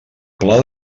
pla